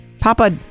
Papa